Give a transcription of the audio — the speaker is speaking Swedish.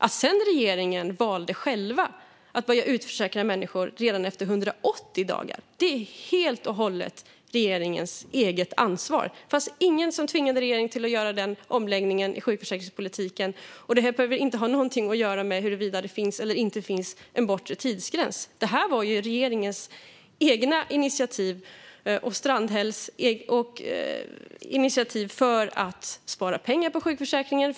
Att regeringen sedan själv valde att börja utförsäkra människor redan efter 180 dagar är helt och hållet regeringens eget ansvar. Det fanns ingen som tvingade regeringen att göra en sådan omläggning i sjukförsäkringspolitiken. Det behöver inte ha någonting att göra med huruvida det finns eller inte finns en bortre tidsgräns. Detta var regeringens eget initiativ för att spara pengar inom sjukförsäkringen.